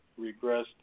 regressed